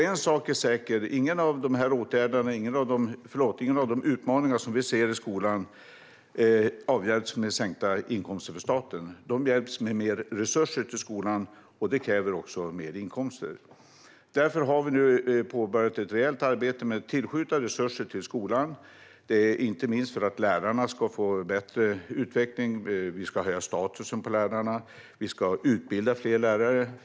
En sak är säker: Ingen av de utmaningar vi ser i skolan avhjälps med sänkta inkomster för staten. De hjälps med mer resurser till skolan, och det kräver också mer inkomster. Därför har vi nu påbörjat ett rejält arbete med att tillskjuta resurser till skolan, inte minst för att lärarna ska få bättre utveckling. Vi ska höja lärarnas status. Vi ska utbilda fler lärare.